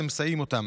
להציג את הצעת החוק,